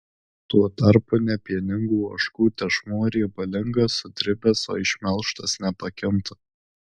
tuo tarpu nepieningų ožkų tešmuo riebalingas sudribęs o išmelžtas nepakinta